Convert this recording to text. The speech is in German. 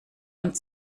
und